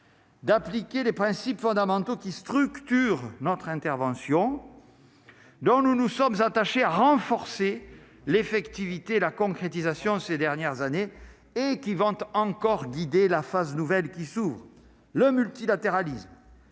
D'appliquer les principes fondamentaux qui structurent notre intervention dont nous nous sommes attachés à renforcer l'effectivité, la concrétisation ces dernières années et qui vante encore d'la phase nouvelle qui s'ouvrent le multilatéralisme,